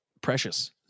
precious